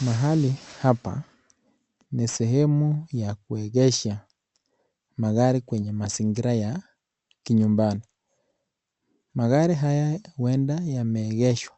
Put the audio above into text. Mahali hapa ni sehemu ya kuegesha magari kwenye mazingira ya nyumbani. Magari haya huenda yameegeshwa